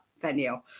venue